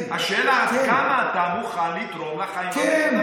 השאלה היא עד כמה אתה מוכן לתרום לחיים המשותפים האלה.